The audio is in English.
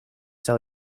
sell